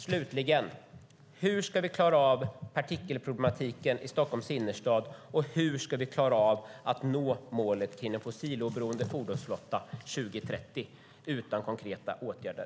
Slutligen: Hur ska vi klara av partikelproblematiken i Stockholms innerstad, och hur ska vi klara av att nå målet om en fossiloberoende fordonsflotta 2030 utan konkreta åtgärder?